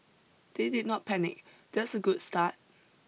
they did not panic that's a good start